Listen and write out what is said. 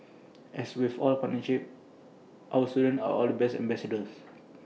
as with all partnerships our students are our best ambassadors